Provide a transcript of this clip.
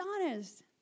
honest